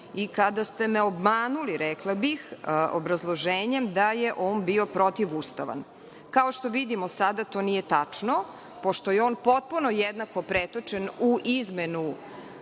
i kada ste me obmanuli, rekla bih, obrazloženjem da je on bio protivustavan. Kao što vidimo sada, to nije tačno, pošto je on potpuno jednako pretočen u izmenu